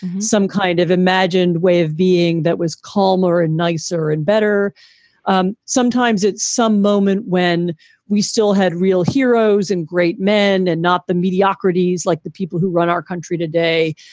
some kind of imagined way of being that was calmer and nicer and better um sometimes at some moment when we still had real heroes and great men and not the mediocrities like the people who run our country today.